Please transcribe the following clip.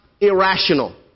irrational